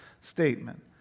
statement